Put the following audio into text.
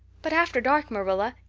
but after dark, marilla,